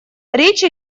речь